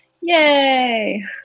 Yay